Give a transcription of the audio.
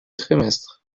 trimestres